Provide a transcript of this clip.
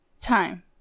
Time